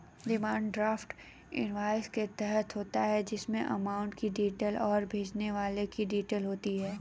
demand draft invoice की तरह होता है जिसमे अमाउंट की डिटेल और भेजने वाले की डिटेल होती है